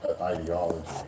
ideology